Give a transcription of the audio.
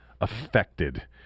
affected